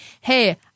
hey